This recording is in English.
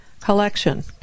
collection